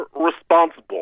responsible